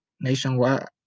nationwide